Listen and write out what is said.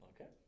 Okay